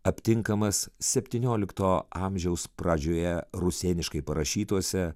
aptinkamas septyniolikto amžiaus pradžioje rusėniškai parašytuose